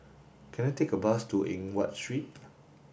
can I take a bus to Eng Watt Street